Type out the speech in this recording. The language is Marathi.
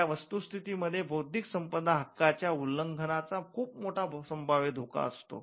या वस्तुस्थिती मध्ये बौद्धिक संपदा हक्काच्या उल्लंघनाचा खूप मोठा संभाव्य धोका असतो